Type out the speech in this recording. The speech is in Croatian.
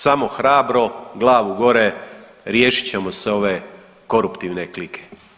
Samo hrabro, glavu gore, riješit ćemo se ove koruptivne klike.